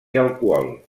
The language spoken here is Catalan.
alcohol